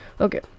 Okay